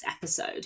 episode